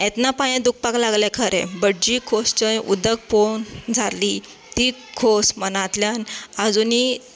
येतना पायें दुखपाक लागलें खरें बट जी खोस थंय उदक पोवन जाल्ली ती खोस मनांतल्यान आजूनी